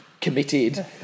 Committed